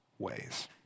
ways